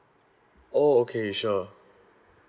oh okay sure